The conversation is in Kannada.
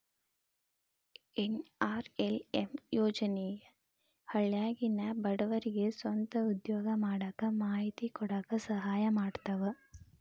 ಎನ್.ಆರ್.ಎಲ್.ಎಂ ಯೋಜನೆ ಹಳ್ಳ್ಯಾಗಿನ ಬಡವರಿಗೆ ಸ್ವಂತ ಉದ್ಯೋಗಾ ಮಾಡಾಕ ಮಾಹಿತಿ ಕೊಡಾಕ ಸಹಾಯಾ ಮಾಡ್ತದ